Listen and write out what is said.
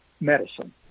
medicine